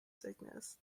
sickness